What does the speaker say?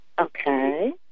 Okay